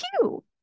two